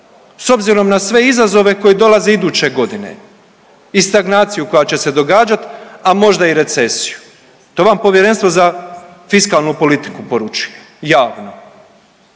s obzirom na sve izazove koji dolaze iduće godine i stagnaciju koja će se događat, a možda i recesiju. To vam Povjerenstvo za fiskalnu politiku poručuje javno.